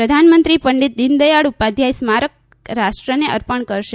પ્રધાનમંત્રી પંડીત દીનદયાળ ઉપાધ્યાય સ્મારક રાષ્ટ્રને અર્પણ કરશે